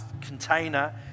container